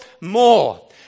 more